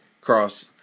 Cross